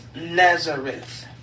Nazareth